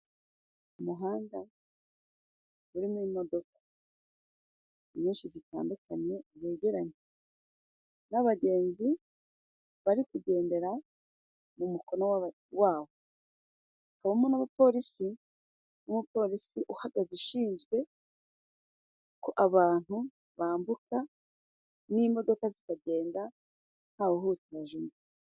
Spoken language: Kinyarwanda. Umuhanda urimo imodoka, nyinshi zitandukanye zegeranye n'abagenzi bari kugendera mu mukono wabo, hakabamo n'umupolisi umupolisi uhagaze, ushinzwe ko abantu bambuka n'imodoka zikagenda ntawuhutaje undi.